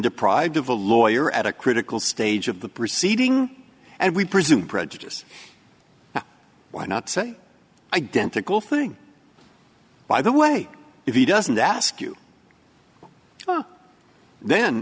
deprived of a lawyer at a critical stage of the proceeding and we presume prejudice why not say identical thing by the way if he doesn't ask you